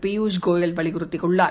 பியூஷ் கோய வலியுறுத்தியுள்ளார்